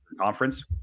conference